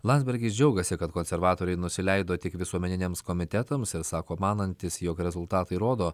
landsbergis džiaugiasi kad konservatoriai nusileido tik visuomeniniams komitetams ir sako manantys jog rezultatai rodo